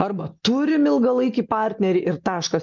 arba turim ilgalaikį partnerį ir taškas